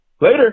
later